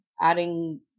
adding